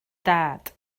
dad